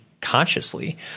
consciously